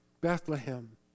Bethlehem